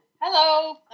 Hello